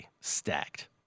stacked